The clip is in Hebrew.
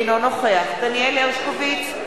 אינו נוכח דניאל הרשקוביץ,